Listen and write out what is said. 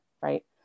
right